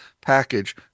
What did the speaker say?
package